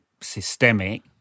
systemic